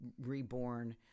reborn